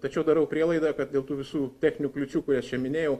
tačiau darau prielaidą kad dėl tų visų techninių kliūčių kurias čia minėjau